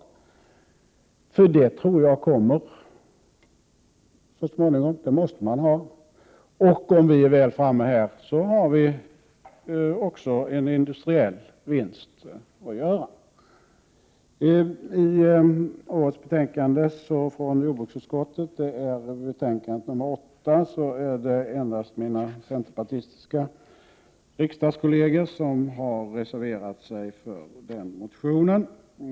Sådana tror jag nämligen kommer så småningom, för det måste man ha. Om vi är väl framme här, har vi också en industriell vinst att göra. I årets betänkande nr 8 från jordbruksutskottet är det endast mina centerpartistiska kolleger som har reserverat sig för min motion.